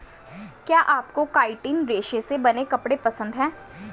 क्या आपको काइटिन रेशे से बने कपड़े पसंद है